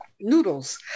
noodles